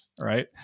right